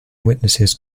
witnesses